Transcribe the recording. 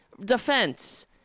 defense